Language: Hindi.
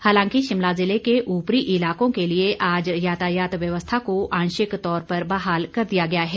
हालांकि शिमला जिले के उपरी इलाकों के लिए आज यातायात व्यवस्था को आंशिक तौर पर बहाल कर दिया गया है